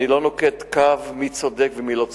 ואני לא נוקט קו מי צודק ומי לא צודק,